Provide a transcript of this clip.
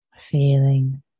feeling